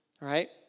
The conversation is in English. right